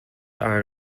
armed